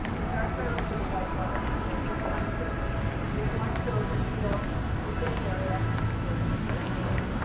the background for the white marble figures in black stone is black stone from dinant, you know the same area as the source of kelly stone.